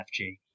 FG